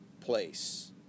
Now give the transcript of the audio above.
place